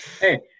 Hey